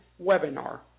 webinar